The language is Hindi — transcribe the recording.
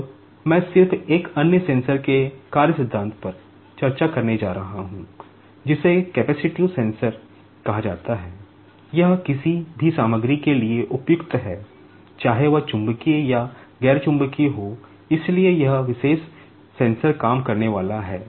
अब मैं सिर्फ एक अन्य सेंसर के कार्य सिद्धांत पर चर्चा करने जा रहा हूं जिसे कैपेसिटिव सेंसर कहा जाता है यह किसी भी सामग्री के लिए उपयुक्त है चाहे वह चुंबकीय या गैर चुंबकीय हो इसलिए यह विशेष सेंसर काम करने वाला है